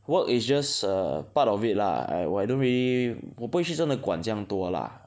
work is just a part of it lah I don't really 我不会去真的管这样多 lah